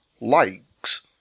likes